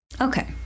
Okay